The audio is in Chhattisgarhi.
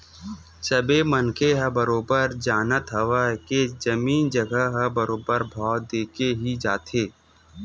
सबे मनखे ह बरोबर जानत हवय के जमीन जघा ह बरोबर भाव देके ही जाथे